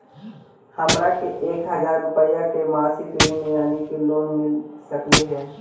हमरा के एक हजार रुपया के मासिक ऋण यानी लोन मिल सकली हे?